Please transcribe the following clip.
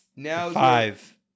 Five